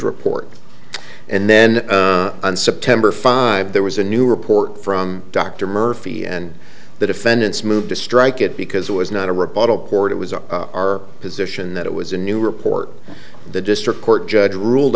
report and then on september five there was a new report from dr murphy and the defendants moved to strike it because it was not a rebuttal court it was our position that it was a new report the district court judge ruled